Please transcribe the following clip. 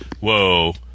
whoa